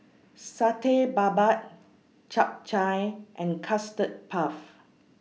Satay Babat Chap Chai and Custard Puff